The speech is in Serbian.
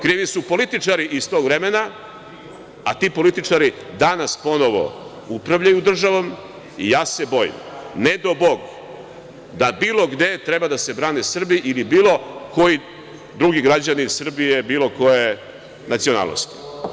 Krivi su političari iz tog vremena, a ti političari danas ponovo upravljaju državom i, bojim se, ne dao Bog da bilo gde treba da se brane Srbi ili bilo koji drugi građanin Srbije ili bilo koje nacionalnosti.